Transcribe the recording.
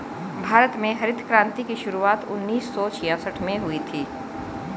भारत में हरित क्रान्ति की शुरुआत उन्नीस सौ छियासठ में हुई थी